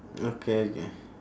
okay okay